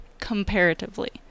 comparatively